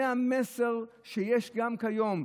זה המסר שיש גם כיום,